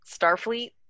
starfleet